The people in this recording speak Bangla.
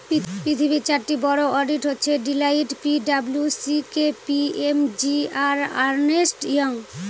পৃথিবীর চারটি বড়ো অডিট হচ্ছে Deloitte P W C K P M G আর আর্নেস্ট ইয়ং